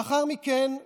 לאחר מכן,